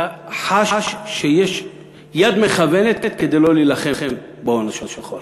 אתה חש שיש יד מכוונת כדי לא להילחם בהון השחור.